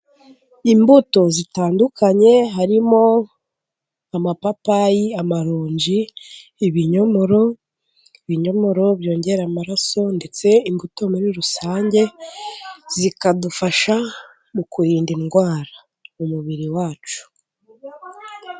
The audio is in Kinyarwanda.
Imbuto zitandukanye harimo amapapayi, amaronji, ibinyomoro. Ibinyomoro byongera amaraso, ndetse imbuto muri rusange zikadufasha mu kurinda indwara umubiri wacu.